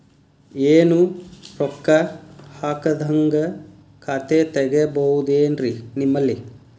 ಏನು ರೊಕ್ಕ ಹಾಕದ್ಹಂಗ ಖಾತೆ ತೆಗೇಬಹುದೇನ್ರಿ ನಿಮ್ಮಲ್ಲಿ?